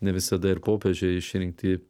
ne visada ir popiežiai išrinkti